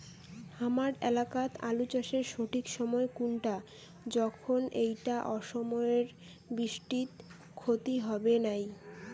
হামার এলাকাত আলু চাষের সঠিক সময় কুনটা যখন এইটা অসময়ের বৃষ্টিত ক্ষতি হবে নাই?